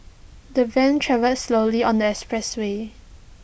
the van travelled slowly on the expressway